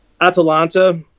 Atalanta